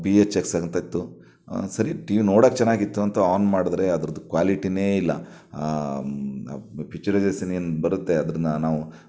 B H X ಅಂತ ಇತ್ತು ಸರಿ ಟಿವಿ ನೋಡಕ್ಕೆ ಚೆನ್ನಾಗಿತ್ತು ಅಂತ ಆನ್ ಮಾಡಿದ್ರೆ ಅದರದು ಕ್ವಾಲಿಟಿಯೇ ಇಲ್ಲ ಪಿಚ್ಚರೈಜೇಸನ್ ಏನು ಬರುತ್ತೆ ಅದನ ನಾವು